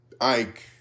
Ike